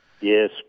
Yes